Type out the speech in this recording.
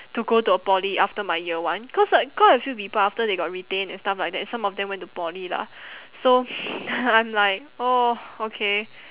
to go to a poly after my year one cause like quite a few people after they got retained and stuff like that some of them went to poly lah so I'm like oh okay